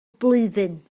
blwyddyn